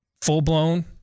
Full-blown